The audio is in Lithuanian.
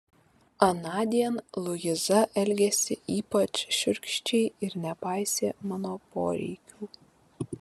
anądien luiza elgėsi ypač šiurkščiai ir nepaisė mano poreikių